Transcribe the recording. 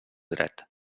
dret